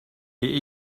est